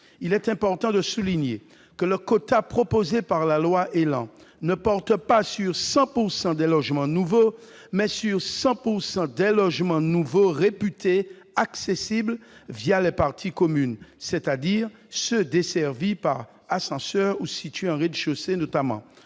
Il est important de souligner que le quota proposé dans ce texte ne porte pas sur 100 % des logements nouveaux, mais sur 100 % des logements nouveaux réputés accessibles les parties communes, c'est-à-dire, notamment, ceux qui sont desservis par un ascenseur ou situés en rez-de-chaussée.